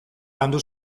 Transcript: landu